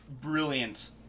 brilliant